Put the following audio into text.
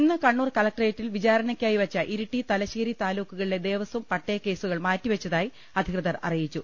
ഇന്ന് കണ്ണൂർ കലക്ട്രേറ്റിൽ വിചാരണയ്ക്കായി വെച്ച ഇരിട്ടി തലശ്ശേരി താലൂക്കുകളിലെ ദേവസ്വം പട്ടയ കേസുകൾ മാറ്റിവെ ച്ചതായി അധികൃതർ അറിയിച്ചു